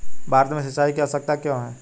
भारत में सिंचाई की आवश्यकता क्यों है?